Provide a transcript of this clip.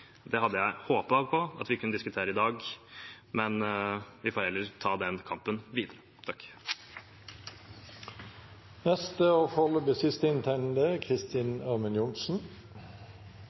Det hadde jeg håpet på at vi kunne diskutere i dag, men vi får heller ta den kampen videre.